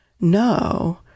No